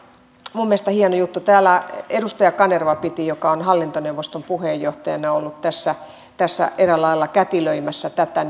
minun mielestäni hieno juttu täällä edustaja kanerva joka on hallintoneuvoston puheenjohtajana ollut tässä tässä eräällä lailla kätilöimässä tätä